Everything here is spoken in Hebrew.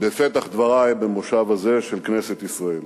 בפתח דברי במושב הזה של כנסת ישראל.